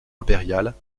impériale